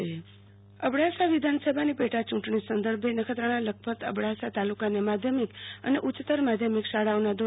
આરતી ભક્ટ ક્વીઝ સ્પર્ધા અબડાસા વિધાનસભાની પેટા ચૂંટણી સંદર્ભે નખત્રાણા લખપત અને અબડાસા તાલુકાની માધ્યમિક અને ઉચ્યત્તર માધ્યમિક શાળાઓના ધો